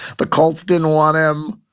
the colts didn't want him.